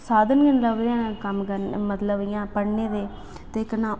साधन निं लभदे है'न कम्म करने मतलब इं'या पढ़ने दे ते कन्नै